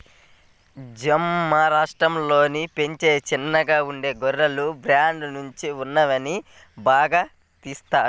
జమ్ము రాష్టంలో పెంచే చిన్నగా ఉండే గొర్రెల బ్రీడ్ నుంచి ఉన్నిని బాగా తీత్తారు